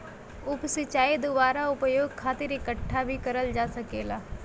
उप सिंचाई दुबारा उपयोग खातिर इकठ्ठा भी करल जा सकेला